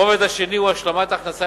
הרובד השני הוא השלמת הכנסה